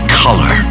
color